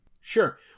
Sure